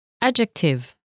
adjective